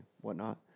whatnot